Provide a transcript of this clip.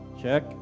Check